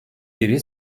biri